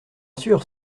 sûr